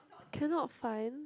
cannot find